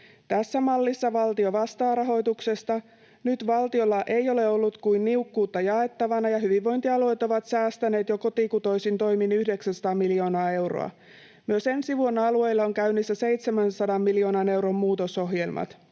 Tässä mallissa valtio vastaa rahoituksesta. Nyt valtiolla ei ole ollut kuin niukkuutta jaettavana, ja hyvinvointialueet ovat säästäneet kotikutoisin toimin jo 900 miljoonaa euroa. Myös ensi vuonna alueilla on käynnissä 700 miljoonan euron muutosohjelmat.